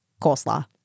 coleslaw